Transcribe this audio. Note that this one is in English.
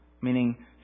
meaning